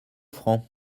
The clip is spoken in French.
francs